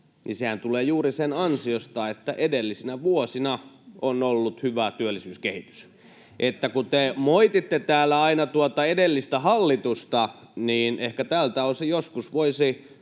tulevat juuri sen ansiosta, että edellisinä vuosina on ollut hyvä työllisyyskehitys. Kun te moititte täällä aina tuota edellistä hallitusta, niin ehkä tältä osin joskus voisi